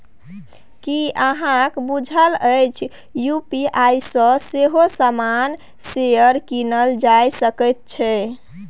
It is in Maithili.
की अहाँक बुझल अछि यू.पी.आई सँ सेहो सामान्य शेयर कीनल जा सकैत छै?